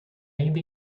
ainda